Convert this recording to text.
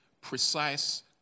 precise